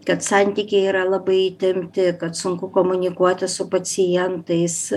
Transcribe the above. kad santykiai yra labai įtempti kad sunku komunikuoti su pacientais